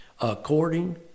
according